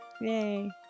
Yay